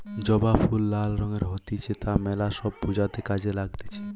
জবা ফুল লাল রঙের হতিছে তা মেলা সব পূজাতে কাজে লাগতিছে